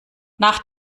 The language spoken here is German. nach